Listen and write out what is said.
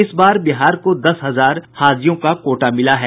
इस बार बिहार को दस हजार हाजियों का कोटा मिला है